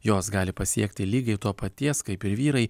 jos gali pasiekti lygiai to paties kaip ir vyrai